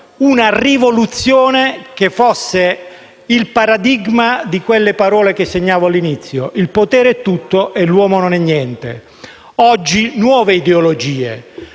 una rivoluzione intesa come paradigma delle parole che citavo all'inizio: il potere è tutto e l'uomo non è niente. Oggi nuove ideologie